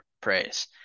praise